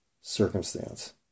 circumstance